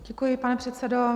Děkuji, pane předsedo.